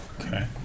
Okay